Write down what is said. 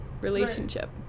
relationship